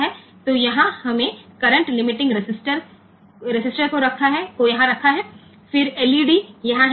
અહીં આપણે current limiting resistance મૂક્યો છે અને પછી તે LED છે